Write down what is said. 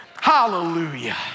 hallelujah